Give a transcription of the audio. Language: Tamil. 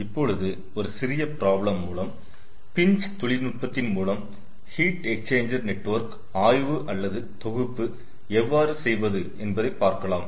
இப்பொழுது ஒரு சிறிய பிராப்ளம் மூலம் பின்ச் தொழில்நுட்பத்தின் மூலம் ஹீட் எக்ஸ்சேஞ்சர் நெட்வர்க் ஆய்வு அல்லது தொகுப்பு எவ்வாறு செய்வது என்பதை பார்க்கலாம்